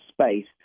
space